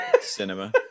Cinema